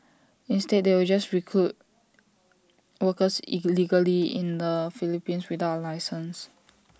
instead they will just recruit workers illegally in the Philippines without A licence